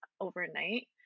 overnight